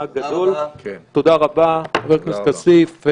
תודה רבה, חבר הכנסת כסיף.